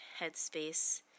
headspace